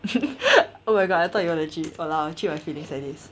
oh my god I thought you were legit !walao! cheat my feeling sia this